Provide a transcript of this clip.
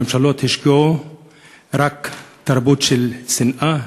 הממשלות השקיעו רק תרבות של שנאה,